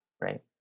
right